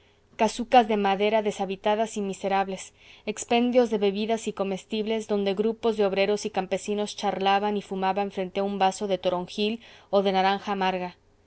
casucas de madera deshabitadas y miserables expendios de bebidas y comestibles donde grupos de obreros y campesinos charlaban y fumaban frente a un vaso de toronjil o de naranja amarga